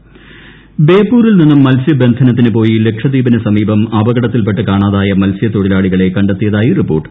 മത്സ്യത്തൊഴിലാളികൾ ബേപ്പൂരിൽ നിന്നും മത്സ്യബന്ധനത്തിന് പോയി ലക്ഷദ്വീപിന് സമീപ്പം അപകടത്തിൽപ്പെട്ട് കാണാതായ മത്സൃത്തൊഴിലാളികളെ കണ്ടെത്തിയതായി റിപ്പോർട്ട്